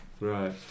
Right